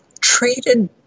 treated